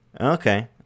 Okay